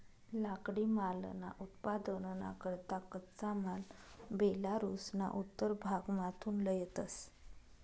लाकडीमालना उत्पादनना करता कच्चा माल बेलारुसना उत्तर भागमाथून लयतंस